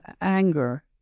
anger